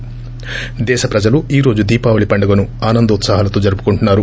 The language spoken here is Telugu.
థి దేశ ప్రజలు ఈ రోజు దీపావళి పండుగను ఆనందోత్సాహాలతో జరుపుకుంటున్నారు